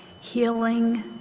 Healing